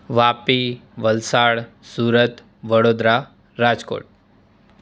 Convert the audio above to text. Vapi Valsad Surat Vadodara Rajkot